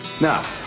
Now